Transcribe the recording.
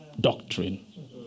doctrine